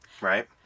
Right